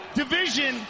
division